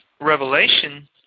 Revelation